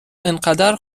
انقدر